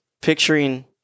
picturing